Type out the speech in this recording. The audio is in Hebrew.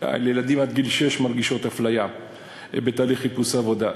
לילדים עד גיל שש מרגישות אפליה בתהליך חיפוש עבודה.